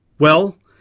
well,